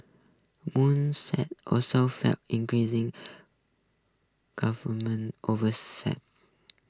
monsanto also faces increasing government oversight